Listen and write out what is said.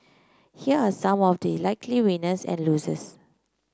here are some of the likely winners and losers